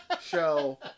show